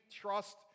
trust